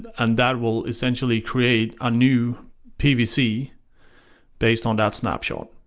and that will essentially create a new pvc based on that snapshot.